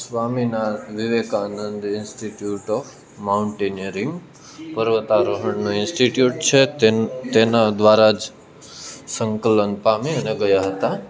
સ્વામીના Vivekananda institute of mountaineering પર્વતારોહણનો institute છે તેના દ્વારા જ સંકલન પામી અને ગયા હતા